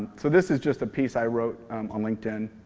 so this is just a piece i wrote on linkedin